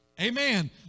Amen